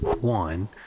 One